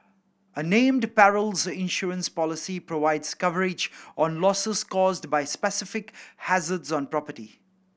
a named perils insurance policy provides coverage on losses caused by specific hazards on property